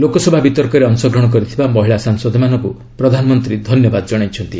ଲୋକସଭା ବିତର୍କରେ ଅଂଶଗ୍ରହଣ କରିଥିବା ମହିଳା ସାଂସଦମାନଙ୍କୁ ପ୍ରଧାନମନ୍ତ୍ରୀ ଧନ୍ୟବାଦ ଜଣାଇଛନ୍ତି